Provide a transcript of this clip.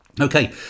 okay